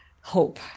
hope